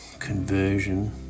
conversion